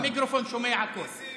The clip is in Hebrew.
המיקרופון שומע הכול.